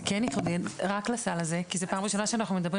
זה יקדם רק לסל הזה כי זאת פעם ראשונה שאנחנו מדברים